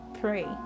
pray